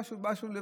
הוא בא שוב לבקר.